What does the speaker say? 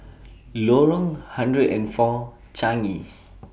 Lorong hundred and four Changi